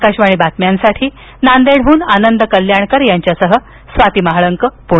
आकाशवाणी बातम्यांसाठी नांदेडहून आनंद कल्याणकर यांच्यासह स्वाती महाळंक पुणे